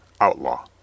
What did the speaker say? outlaw